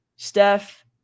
Steph